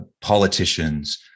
politicians